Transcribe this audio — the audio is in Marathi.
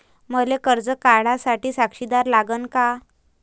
मले कर्ज काढा साठी साक्षीदार लागन का?